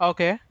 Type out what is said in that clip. Okay